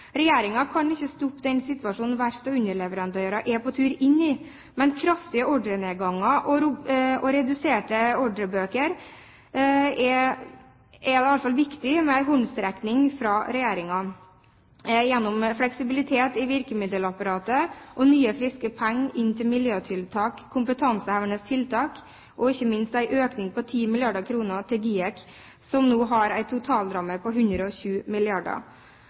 kan ikke stoppe den situasjonen verft og underleverandører er på vei inn i, med kraftig ordrenedgang og reduserte ordrereserver, men da er det i alle fall viktig med en håndsrekning fra regjeringen gjennom fleksibilitet i virkemiddelapparatet og nye, friske penger inn til miljøtiltak og kompetansehevende tiltak og ikke minst en økning på 10 mrd. kr til GIEK, som nå har en totalramme på 120